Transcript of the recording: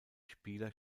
spieler